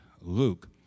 Luke